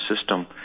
system